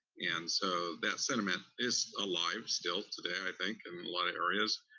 and so that sentiment is alive still today, i think, in a lot of areas,